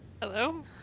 Hello